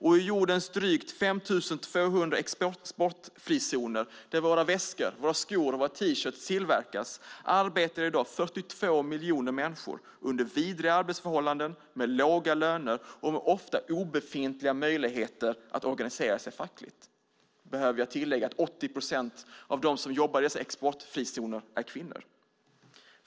I jordens drygt 5 200 exportfrizoner, där våra väskor, våra skor och våra T-shirtar tillverkas, arbetar i dag 42 miljoner människor under vidriga arbetsförhållanden med låga löner och ofta med obefintliga möjligheter att organisera sig fackligt. Behöver jag tillägga att 80 procent av dem som jobbar i dessa exportfrizoner är kvinnor.